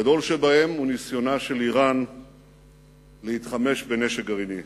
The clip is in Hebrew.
הגדול שבהם הוא ניסיונה של אירן להתחמש בנשק גרעיני.